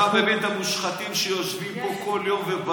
אתה מבין את המושחתים שיושבים פה כל יום?